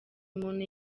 muntu